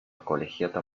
colegiata